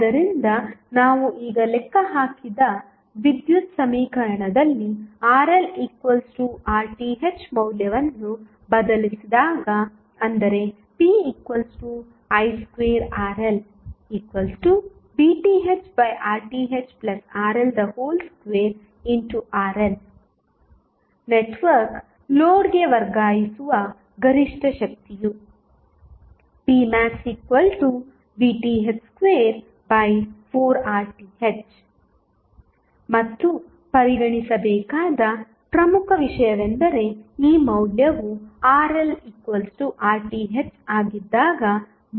ಆದ್ದರಿಂದ ನಾವು ಈಗ ಲೆಕ್ಕ ಹಾಕಿದ ವಿದ್ಯುತ್ ಸಮೀಕರಣದಲ್ಲಿ RLRTh ಮೌಲ್ಯವನ್ನು ಬದಲಿಸಿದಾಗ ಅಂದರೆ pi2RLVThRThRL2RL ನೆಟ್ವರ್ಕ್ ಲೋಡ್ಗೆ ವರ್ಗಾಯಿಸುವ ಗರಿಷ್ಠ ಶಕ್ತಿಯು pmaxVTh24RTh ಮತ್ತು ಪರಿಗಣಿಸಬೇಕಾದ ಪ್ರಮುಖ ವಿಷಯವೆಂದರೆ ಈ ಮೌಲ್ಯವು RLRTh ಆಗಿದ್ದಾಗ ಮಾತ್ರ ಮಾನ್ಯವಾಗಿರುತ್ತದೆ